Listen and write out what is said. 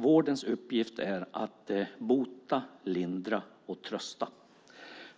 Vårdens uppgift är att bota, lindra och trösta.